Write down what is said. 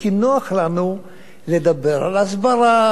ואנחנו נהיה נחמדים ונלמד את הילדים.